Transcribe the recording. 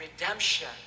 redemption